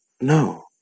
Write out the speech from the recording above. No